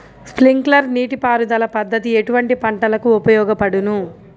Sprinkler నీటిపారుదల పద్దతి ఎటువంటి పంటలకు ఉపయోగపడును?